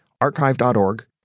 Archive.org